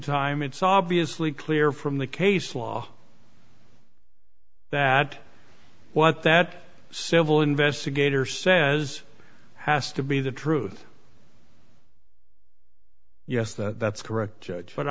time it's obviously clear from the case law that what that civil investigator says has to be the truth yes that's correct